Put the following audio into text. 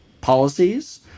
policies